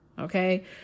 Okay